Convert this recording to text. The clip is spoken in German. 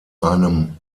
einem